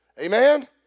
Amen